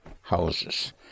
houses